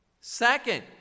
Second